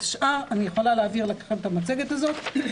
אני יכולה להעביר לכם את המצגת הזאת.